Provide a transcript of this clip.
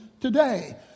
today